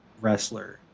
wrestler